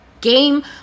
game